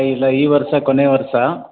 ಏ ಇಲ್ಲ ಈ ವರ್ಷ ಕೊನೆಯ ವರ್ಷ